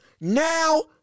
Now